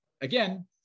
again